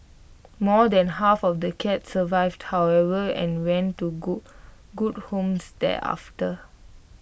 more than half of the cats survived however and went to good good homes thereafter